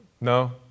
No